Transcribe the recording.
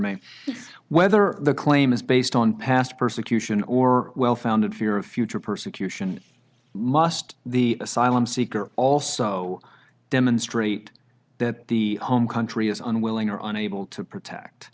whether the claim is based on past persecution or well founded fear of future persecution must the asylum seeker also demonstrate that the home country is unwilling or unable to protect